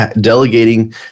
delegating